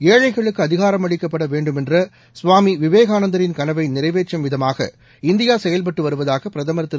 ஏழைகளுக்கு அதிகாரமளிக்கப்பட வேண்டுமென்ற சுவாமி விவேகானந்தரின் கனவை நிறைவேற்றும் விதமாக இந்தியா செயல்பட்டு வருவதாக பிரதமர் திரு